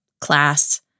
class